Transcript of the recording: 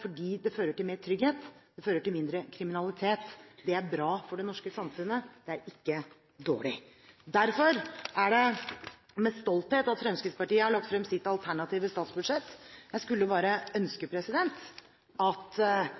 fordi det fører til mer trygghet, og det fører til mindre kriminalitet. Det er bra for det norske samfunnet, det er ikke dårlig. Derfor er det med stolthet at Fremskrittspartiet har lagt frem sitt alternative statsbudsjett. Jeg skulle bare ønske at